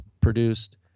produced